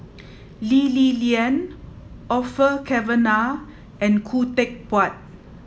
Lee Li Lian Orfeur Cavenagh and Khoo Teck Puat